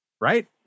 right